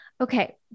Okay